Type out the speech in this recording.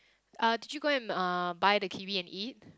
uh did you go and uh buy the kiwi and eat